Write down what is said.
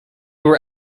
were